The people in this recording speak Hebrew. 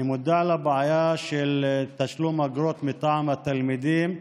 אני מודע לבעיה של תשלום אגרות מטעם התלמידים,